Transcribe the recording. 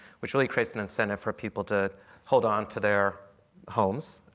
which really creates an incentive for people to hold on to their homes,